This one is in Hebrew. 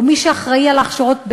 או מי שאחראי להכשרות,